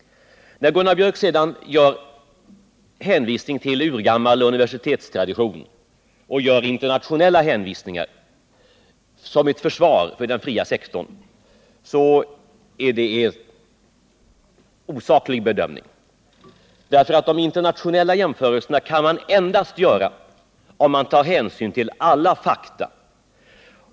När Gunnar Biörck gör hänvisningar till urgammal universitetstradition och till internationella förhållanden, som ett försvar för den fria sektorn, så är det en osaklig bedömning. De internationella jämförelserna kan man endast göra om man tar hänsyn till alla fakta.